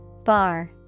Bar